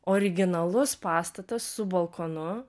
originalus pastatas su balkonu